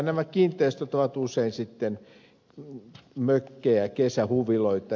nämä kiinteistöt ovat usein sitten mökkejä kesähuviloita